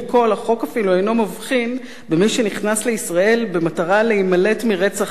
החוק אפילו אינו מבחין במי שנכנס לישראל במטרה להימלט מרצח-עם,